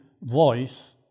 voice